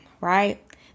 right